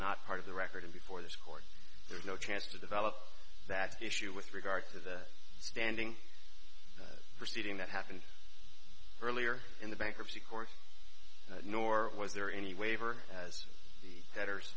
not part of the record before this court there's no chance to develop that issue with regard to the standing proceeding that happened earlier in the bankruptcy court nor was there any waiver as the debtors